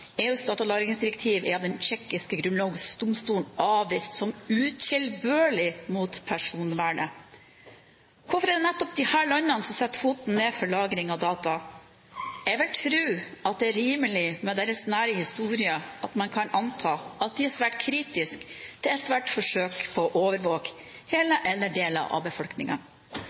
EUs datalagringsdirektiv er av den tsjekkiske grunnlovsdomstolen avvist som «utilbørlig mot personvernet». Hvorfor er det nettopp disse landene som setter foten ned for lagring av data? Jeg vil tro at det er rimelig, med deres nære historie, å anta at de er svært kritiske til ethvert forsøk på å overvåke hele eller deler av